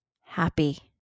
happy